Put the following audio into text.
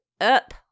up